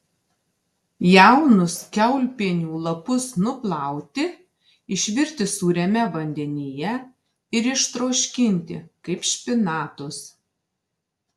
jaunus kiaulpienių lapus nuplauti išvirti sūriame vandenyje ir ištroškinti kaip špinatus